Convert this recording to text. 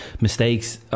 mistakes